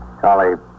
Charlie